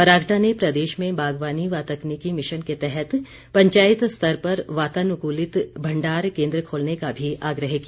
बरागटा ने प्रदेश में बागवानी व तकनीकी मिशन के तहत पंचायत स्तर पर वातानुकूलित भण्डार केन्द्र खोलने का भी आग्रह किया